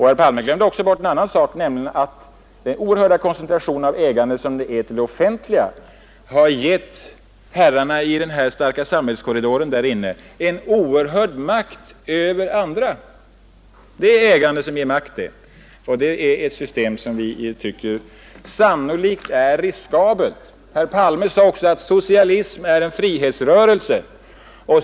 Herr Palme glömde också bort en annan sak, nämligen att den oerhörda koncentrationen av ägande till det offentliga har gett herrarna i den starka samhällskorridoren där inne en oerhörd makt över andra. Det är ett ägande som ger makt, och det är ett system som vi tycker är riskabelt. Herr Palme sade också att socialism är en frihetsrörelse.